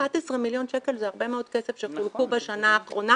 11 מיליון שקל זה הרבה מאוד כסף שחולק בשנה האחרונה.